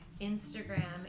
Instagram